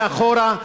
מאחורה,